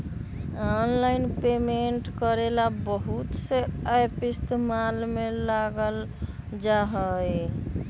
online payment करे ला बहुत से एप इस्तेमाल में लावल जा हई